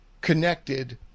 connected